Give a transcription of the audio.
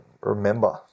remember